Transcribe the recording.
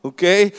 Okay